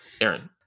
Aaron